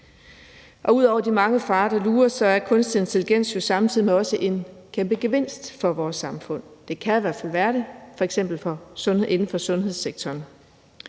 Ud over de mange farer, der lurer, er kunstig intelligens jo samtidig også en kæmpe gevinst for vores samfund; den kan i hvert fald være det, f.eks. inden for sundhedssektoren.